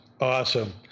Awesome